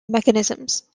mechanisms